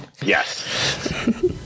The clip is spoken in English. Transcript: Yes